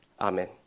Amen